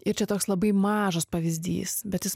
ir čia toks labai mažas pavyzdys bet jis